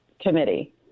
Committee